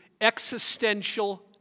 existential